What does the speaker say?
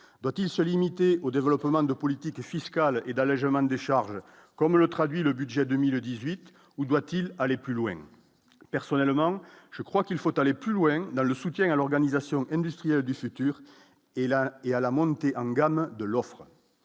doit-il se limiter au développement de politiques fiscales et d'allégement des charges comme le traduit le budget 2018 ou doit-il aller plus loin, personnellement, je crois qu'il faut aller plus loin dans le soutien à l'organisation industrielle du futur et là et à la montée en gamme de l'offre,